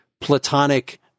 platonic